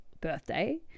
birthday